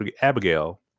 abigail